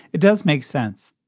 it does make sense.